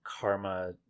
karma